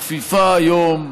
מכפיפה היום,